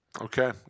Okay